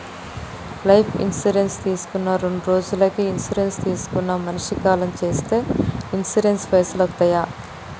Life insurance తీసుకున్న రెండ్రోజులకి insurance తీసుకున్న మనిషి కాలం చేస్తే ఇన్సూరెన్స్ పైసల్ వస్తయా?